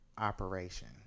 operation